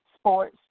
Sports